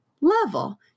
level